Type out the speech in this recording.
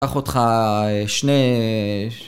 אחותך שני